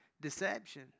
Deception